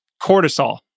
cortisol